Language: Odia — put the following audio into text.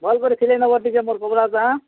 ଭଲ୍କରି ସିଲେଇ ନେବ ଟିକେ ମୋର୍ କପଡ଼ାଟା